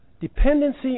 Dependency